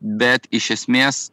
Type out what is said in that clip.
bet iš esmės